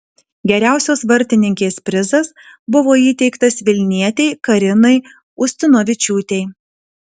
geriausios vartininkės prizas buvo įteiktas vilnietei karinai ustinovičiūtei